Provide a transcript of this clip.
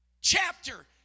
chapter